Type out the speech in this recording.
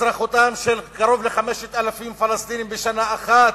אזרחותם של קרוב ל-5,000 פלסטינים בשנה אחת,